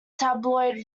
tabloid